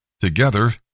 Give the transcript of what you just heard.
Together